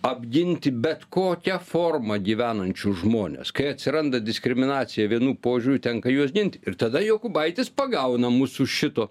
apginti bet kokia forma gyvenančius žmones kai atsiranda diskriminacija vienu požiūriu tenka juos ginti ir tada jokubaitis pagauna mūsų šito